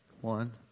One